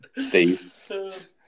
Steve